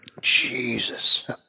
Jesus